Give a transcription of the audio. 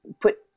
put